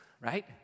right